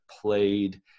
played